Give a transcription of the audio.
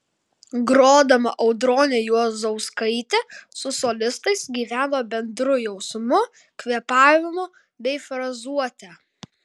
grodama audronė juozauskaitė su solistais gyveno bendru jausmu kvėpavimu bei frazuote